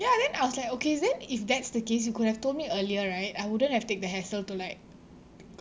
ya then I was like okay then if that's the case you could have told me earlier right I wouldn't have take the hassle to like